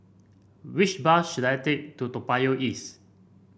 which bus should I take to Toa Payoh East